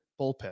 bullpen